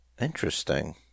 Interesting